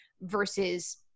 versus